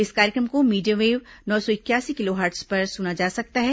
इस कार्यक्रम को मीडियम वेव नौ सौ इकयासी किलोहर्ट्ज पर सुना जा सकता है